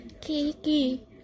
Kiki